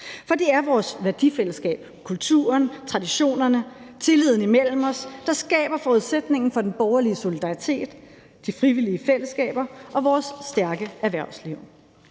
for det er vores værdifællesskab – kulturen, traditionerne, tilliden imellem os – der skaber forudsætningen for den borgerlige solidaritet, de frivillige fællesskaber og vores stærke erhvervsliv.